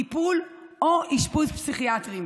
טיפול או אשפוז פסיכיאטריים".